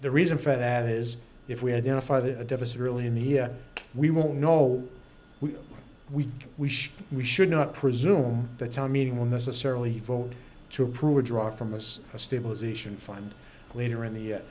the reason for that is if we identify the deficit early in the year we will know we we we should we should not presume that town meeting will necessarily vote to approve or draw from us a stabilization fund later in the